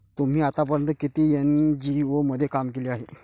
तुम्ही आतापर्यंत किती एन.जी.ओ मध्ये काम केले आहे?